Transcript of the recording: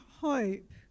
hope